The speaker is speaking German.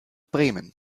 bremen